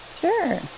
sure